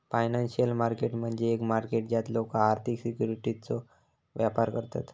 financial market म्हणजे एक market ज्यात लोका आर्थिक सिक्युरिटीजचो व्यापार करतत